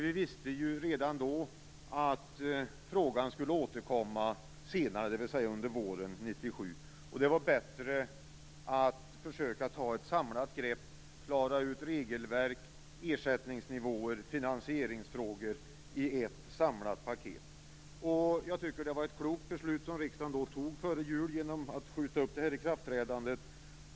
Vi visste ju redan då att frågan skulle återkomma senare, dvs. under våren 1997, och det var bättre att försöka ta ett samlat grepp och klara ut regelverk, ersättningsnivåer och finansieringsfrågor i ett samlat paket. Jag tycker att det var ett klokt beslut när riksdagen före jul sköt upp ikraftträdandet.